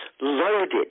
loaded